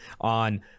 on